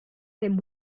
him